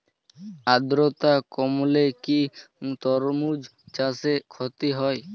আদ্রর্তা কমলে কি তরমুজ চাষে ক্ষতি হয়?